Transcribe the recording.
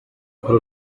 uru